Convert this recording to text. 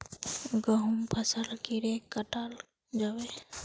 गहुम फसल कीड़े कटाल जाबे?